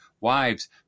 wives